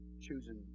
choosing